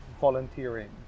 volunteering